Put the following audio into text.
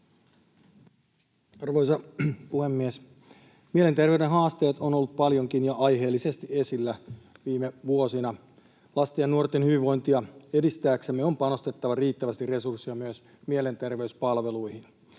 Arvoisa puhemies! Mielenterveyden haasteet ovat olleet paljonkin ja aiheellisesti esillä viime vuosina. Lasten ja nuorten hyvinvointia edistääksemme on panostettava riittävästi resursseja myös mielenterveyspalveluihin,